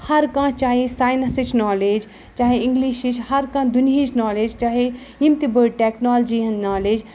ہرکانٛہہ چایس ساینَسٕچ نالیج چاہے اِنٛگلِشِش ہرکانٛہہ دُنہِچ نالیج چاہے یِم تہِ بٔڑۍ ٹٮ۪کنالجی ہِنٛز نالیج